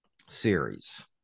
series